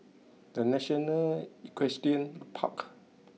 the National Equestrian Park